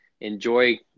enjoy